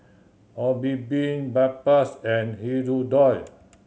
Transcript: Obimin Bedpans and Hirudoid